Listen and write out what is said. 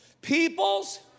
peoples